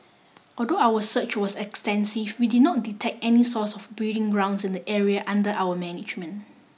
although our search was extensive we did not detect any source or breeding grounds in the areas under our management